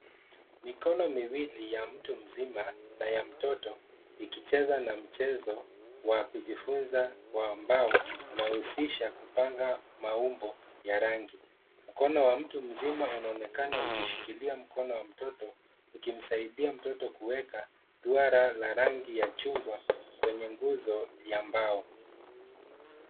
Mikono miwili ya mtu mzima na ya mtoto ikicheza na mchezo wa kujifunza kwa mbao unaohusisha kupanga maumbo ya rangi. Mkono wa mtu mzima unaonekana ukishikilia mkono wa mtoto ukimsaidia mtoto kuweka duara la rangi ya chungwa kwenye nguzo ya mbao.